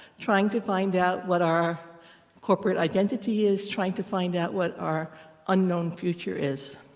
trying to find out what our corporate identity is, trying to find out what our unknown future is.